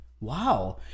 Wow